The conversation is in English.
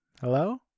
Hello